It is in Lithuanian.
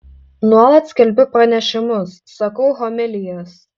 nuolat skelbiu pranešimus sakau homilijas